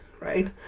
right